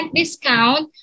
discount